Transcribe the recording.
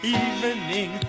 evening